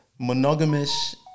Monogamish